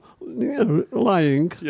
lying